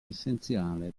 essenziale